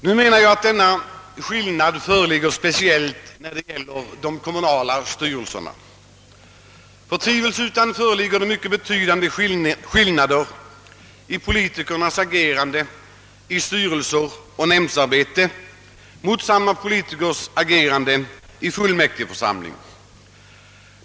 Nu menar jag att detta förhållande gäller speciellt de kommunala styrelserna. Tvivelsutan föreligger det mycket betydande skillnader mellan poli tikernas agerande i styrelseoch nämndarbete och samma «politikers agerande i = fullmäktigeförsamlingen.